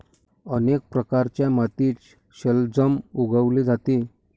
अनेक प्रकारच्या मातीत शलजम उगवले जाते